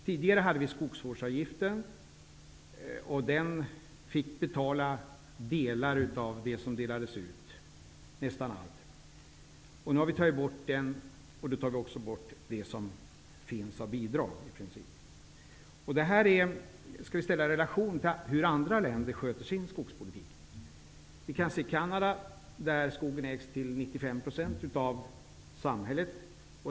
Tidigare hade vi skogsvårdsavgift. Den fick betala nästan allt av det som delades ut. Nu har vi tagit bort den avgiften och i princip de bidrag som har funnits. Detta skall ställas i relation till hur man i andra länder sköter sin skogspolitik. Vi kan ta Canada som exempel, där skogen till 90 % ägs av samhället.